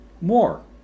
more